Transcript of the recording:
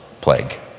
plague